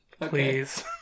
please